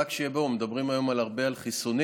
רק שיהיה ברור: מדברים היום הרבה על חיסונים,